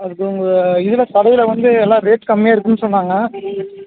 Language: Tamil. அதுக்கு உங்க இதில் கடையில் வந்து எல்லா ரேட் கம்மியாயிருக்குன்னு சொன்னாங்க